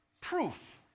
Proof